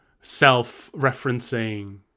self-referencing